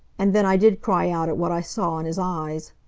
and then i did cry out at what i saw in his eyes.